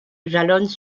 jalonnent